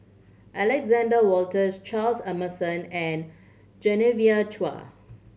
Alexander Wolters Charles Emmerson and Genevieve Chua